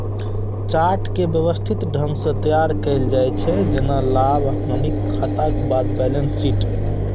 chart कें व्यवस्थित ढंग सं तैयार कैल जाइ छै, जेना लाभ, हानिक खाताक बाद बैलेंस शीट